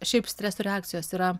šiaip streso reakcijos yra